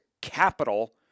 capital